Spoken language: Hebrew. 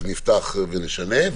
אז נפתח ונשנה.